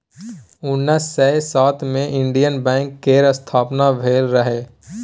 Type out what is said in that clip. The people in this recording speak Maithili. उन्नैस सय सात मे इंडियन बैंक केर स्थापना भेल रहय